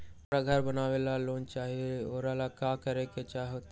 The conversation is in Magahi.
हमरा घर बनाबे ला लोन चाहि ओ लेल की की करे के होतई?